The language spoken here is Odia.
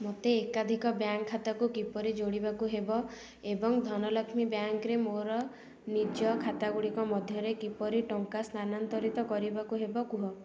ମୋତେ ଏକାଧିକ ବ୍ୟାଙ୍କ ଖାତାକୁ କିପରି ଯୋଡ଼ିବାକୁ ହେବ ଏବଂ ଧନଲକ୍ଷ୍ମୀ ବ୍ୟାଙ୍କରେ ମୋର ନିଜ ଖାତା ଗୁଡ଼ିକ ମଧ୍ୟରେ କିପରି ଟଙ୍କା ସ୍ଥାନାନ୍ତରିତ କରିବାକୁ ହେବ କୁହ